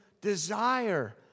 desire